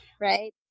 right